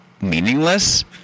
meaningless